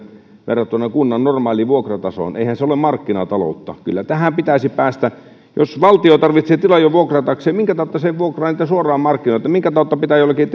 verrattuna kunnan normaaliin vuokratasoon eihän se ole markkinataloutta kyllä tähän pitäisi päästä jos valtion tarvitsee tiloja vuokrata minkä tautta se ei vuokraa niitä suoraan markkinoilta minkä tautta pitää jollekin